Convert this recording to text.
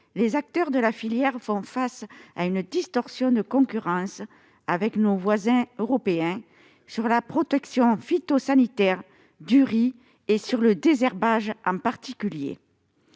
les acteurs de la filière font face à une distorsion de concurrence avec nos voisins européens, en particulier sur la protection phytosanitaire du riz et sur le désherbage. Bien